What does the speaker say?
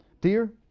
Dear